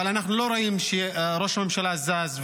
אבל אנחנו לא רואים שראש הממשלה זז,